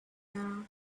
now